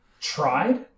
tried